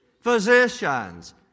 physicians